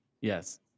yes